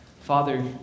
Father